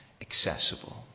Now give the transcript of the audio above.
accessible